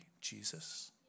Jesus